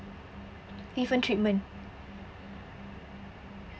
even treatment